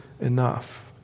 enough